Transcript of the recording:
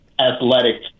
athletic